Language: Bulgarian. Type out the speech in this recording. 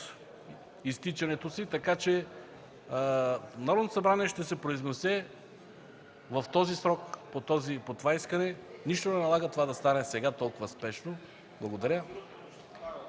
изтичането си, така че Народното събрание ще се произнесе в този срок по това искане. Нищо не налага това да стане сега, толкова спешно. Благодаря.